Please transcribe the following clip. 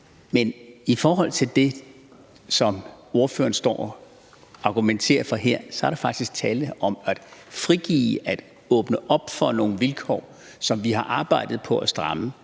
Men i forhold til det, som ordføreren står og argumenterer for her, er der faktisk tale om at frigive og åbne op for nogle vilkår, som vi har arbejdet på at stramme.